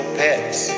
pets